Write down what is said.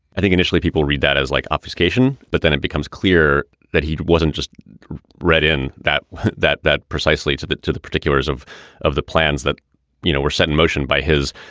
i think initially people read that as like obfuscation. but then it becomes clear that he wasn't just read in that that that precisely to get to the particulars of of the plans that you know were set in motion by his.